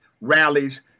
rallies